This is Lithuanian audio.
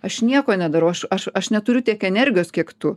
aš nieko nedarau aš aš aš neturiu tiek energijos kiek tu